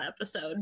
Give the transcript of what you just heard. episode